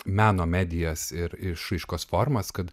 meno medijas ir išraiškos formas kad